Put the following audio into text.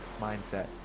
mindset